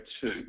two